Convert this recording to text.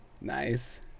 nice